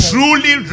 Truly